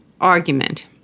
argument